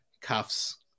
cuffs